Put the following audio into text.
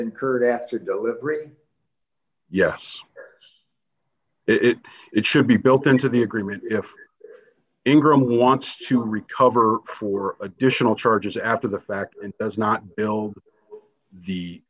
incurred after delivery yes it it should be built into the agreement if ingram wants to recover for additional charges after the fact and does not bill the